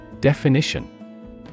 Definition